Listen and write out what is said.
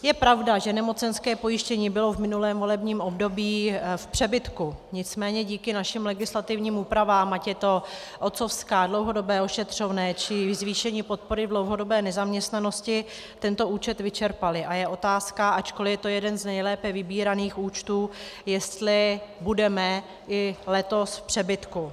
Je pravda, že nemocenské pojištění bylo v minulém volebním období v přebytku, nicméně díky našim legislativním úpravám, ať je to otcovská, dlouhodobé ošetřovné, či zvýšení podpory v dlouhodobé nezaměstnanosti, tento účet vyčerpaly a je otázka, ačkoli je to jeden z nejlépe vybíraných účtů, jestli budeme i letos v přebytku.